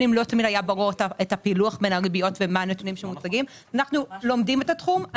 אנחנו לומדים את התחום.